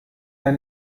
der